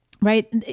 right